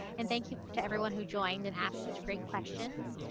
and thank you to everyone who joined and asked such great questions.